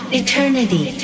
eternity